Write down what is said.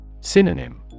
Synonym